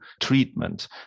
treatment